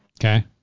Okay